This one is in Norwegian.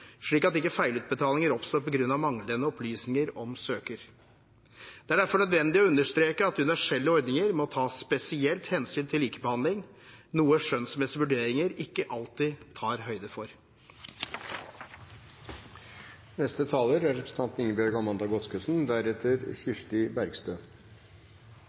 slik at ikke feilutbetalinger oppstår på grunn av manglende opplysninger om søker. Det er derfor nødvendig å understreke at universelle ordninger må ta spesielt hensyn til likebehandling, noe skjønnsmessige vurderinger ikke alltid tar høyde for.